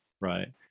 right